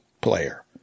player